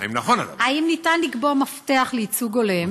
האם נכון הדבר?